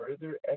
further